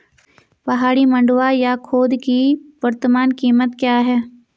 पहाड़ी मंडुवा या खोदा की वर्तमान कीमत क्या है?